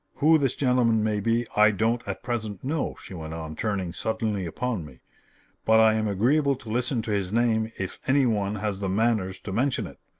who this gentleman may be i don't at present know, she went on, turning suddenly upon me but i am agreeable to listen to his name if any one has the manners to mention it.